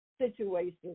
situation